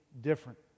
different